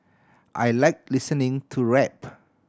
I like listening to rap